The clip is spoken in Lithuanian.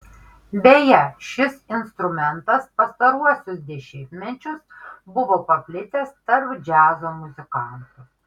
beje šis instrumentas pastaruosius dešimtmečius buvo paplitęs tarp džiazo muzikantų